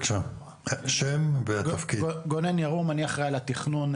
אני אחראי על התכנון,